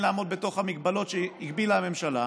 לעמוד בתוך המגבלות שהגבילה הממשלה,